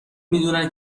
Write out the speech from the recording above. میدونن